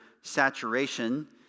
saturation